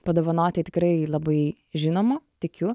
padovanoti tikrai labai žinomo tikiu